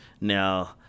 Now